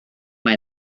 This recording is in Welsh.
mae